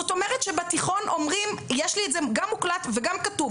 זאת אומרת שבתיכון אומרים יש לי את זה גם מוקלט וגם כתוב